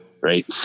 right